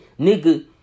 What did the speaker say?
Nigga